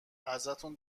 ازتون